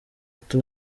ati